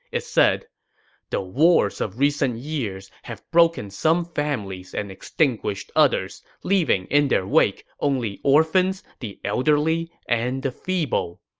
it said the wars of recent years have broken some families and extinguished others, leaving in their wake only orphans, the elderly, and the feeble.